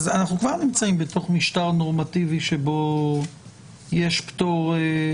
אז אנחנו כבר נמצאים בתוך משטר נורמטיבי שבו יש פטור.